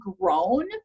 grown